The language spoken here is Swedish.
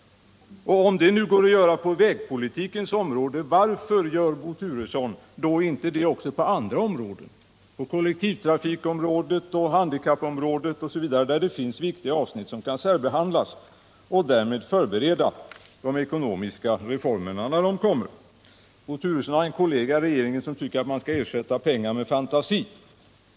Och om det nu går att göra det på vägpolitikens område, varför gör Bo Turesson då inte det också på andra områden — på kollektivtrafikområdet och handikappområdet osv. — där det finns viktiga avsnitt som kan särbehandlas, för att därmed förbättra de ekonomiska reformerna när de kommer? Bo Turesson har en kollega i regeringen som tycker att man skall ersätta pengar med fantasi.